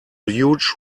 huge